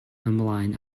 ymlaen